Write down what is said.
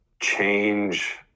change